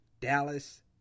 Dallas